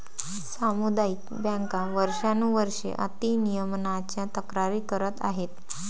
सामुदायिक बँका वर्षानुवर्षे अति नियमनाच्या तक्रारी करत आहेत